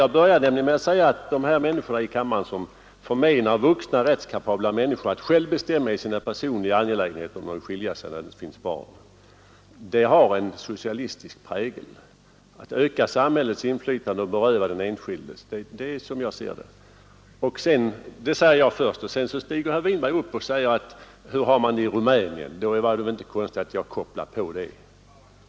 Jag sade i onsdags att de här i kammaren som förmenar vuxna rättskapabla människor att heter, om de vill skilja sig när det inte finns barn, vill därmed öka själva bestämma i sina personliga angelägen samhällets inflytande över den enskilde. Detta har, som jag ser det, en socialistisk prägel. Sedan steg då herr Winberg upp och talade om hur man har det i Rumänien. Då var det väl inte konstigt att jag kopplade på detta.